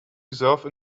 reserve